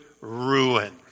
ruin